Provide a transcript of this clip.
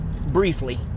briefly